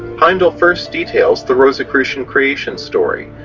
heindel first details the rosicrucian creation story,